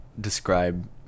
describe